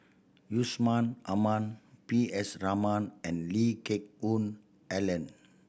Yusman Aman P S Raman and Lee Geck Hoon Ellen